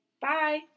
bye